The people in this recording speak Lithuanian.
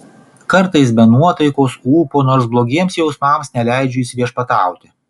kartais be nuotaikos ūpo nors blogiems jausmams neleidžiu įsiviešpatauti